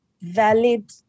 valid